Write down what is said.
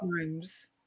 Times